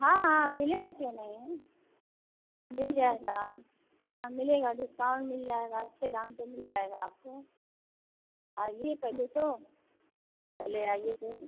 हाँ हाँ मिलेगा क्यों नहीं मिल जाएगा हाँ मिलेगा डिस्काउंट मिल जाएगा अच्छे दाम पर मिल जाएगा आपको आइए पहले तो पहले आइए तो